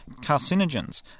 carcinogens